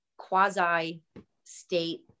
quasi-state